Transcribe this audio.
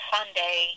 Sunday